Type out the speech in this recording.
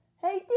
hey